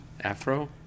Afro